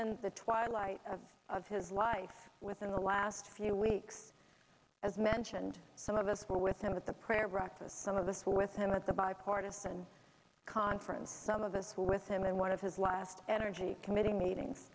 in the twilight of his life within the last few weeks as mentioned some of us were with him at the prayer breakfast some of the four with him at the bipartisan conference some of us were with him and one of his last energy committee meetings